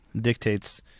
dictates